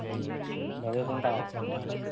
చదువుకుంటావా